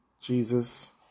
Jesus